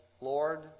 Lord